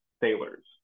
sailors